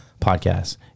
Podcasts